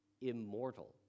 immortal